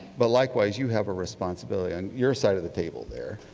but, likewise, you have a responsibility on your side of the table there.